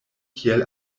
kiel